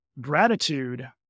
gratitude